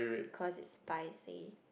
cause it's spicy